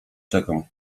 czekam